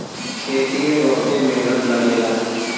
खेती में बहुते मेहनत लगेला